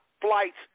flights